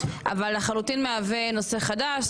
אבל לחלוטין מהווה נושא חדש.